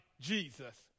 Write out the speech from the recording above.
Jesus